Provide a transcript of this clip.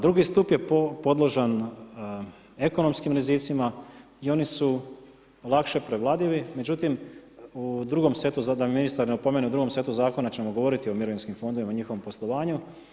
Drugi stup je podložan ekonomskim rizicima i oni su lakše prevladivi međutim u drugom setu, samo da me ministar ne opomene, u drugom setu zakona ćemo govoriti o mirovinskim fondovima i njihovom poslovanju.